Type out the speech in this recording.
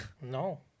No